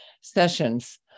sessions